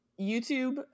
YouTube